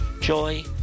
joy